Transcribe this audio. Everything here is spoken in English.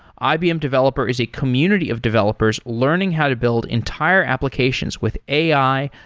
ibm developer is a community of developers learning how to build entire applications with ai,